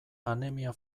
anemia